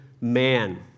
Man